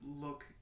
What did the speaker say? look